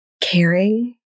caring